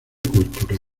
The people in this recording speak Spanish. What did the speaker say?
cultural